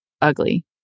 ugly